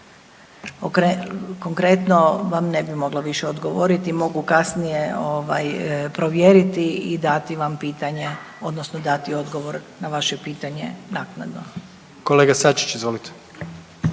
Konkretno vam ne bi mogla više odgovoriti, mogu kasnije provjeriti i dati vam pitanje odnosno dati odgovor na vaše pitanje naknadno. **Jandroković, Gordan